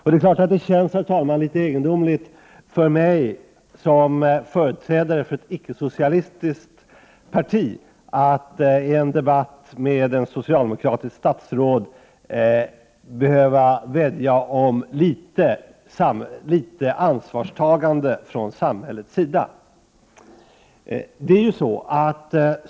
Det känns, herr talman, litet egendomligt för mig, som företrädare för ett icke-socialistiskt parti, att i en debatt med ett socialdemokratiskt statsråd behöva vädja om litet ansvarstagande från samhällets sida.